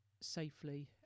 safely